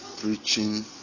preaching